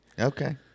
Okay